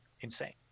insane